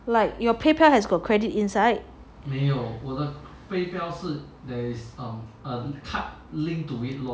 like your Paypal has got credit inside